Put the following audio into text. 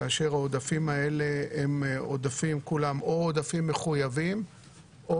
כאשר העודפים האלה הם או עודפים מחויבים או